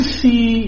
see